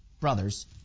brothers